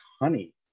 honey